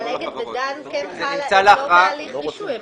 אבל אגד ודן לא בהליך רישוי.